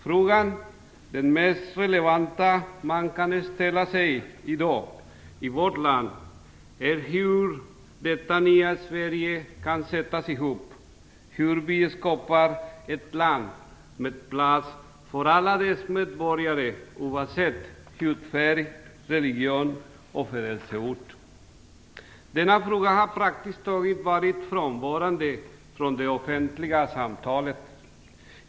Frågan - den mest relevanta man kan ställa sig i dag i vårt land - är hur detta nya Sverige kan sättas ihop, hur vi skapar ett land med plats för alla dess medborgare oavsett hudfärg, religion och födelseort. Denna fråga har varit praktiskt tagit frånvarande i det offentliga samtalet.